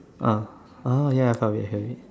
uh oh ya I saw it I saw it